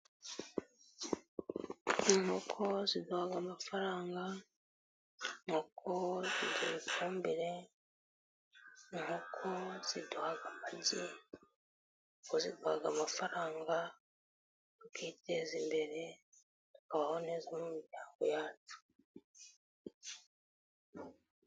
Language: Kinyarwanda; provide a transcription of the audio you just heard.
Inkoko ziduha amafaranga mu kuduha ifumbire, inkoko ziduha amagi, ziduha amafaranga tukiteza imbere , tukabaho neza m'imiryango yacu.